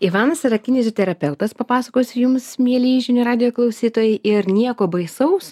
ivanas yra kineziterapeutas papasakosiu jums mieli žinių radijo klausytojai ir nieko baisaus